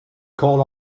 call